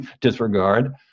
disregard